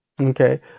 Okay